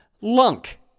Lunk